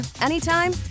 anytime